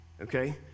okay